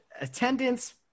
attendance